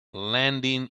landing